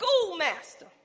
schoolmaster